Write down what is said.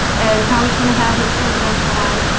and tommy's gonna have his presidential line,